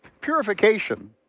Purification